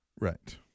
Right